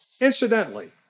Incidentally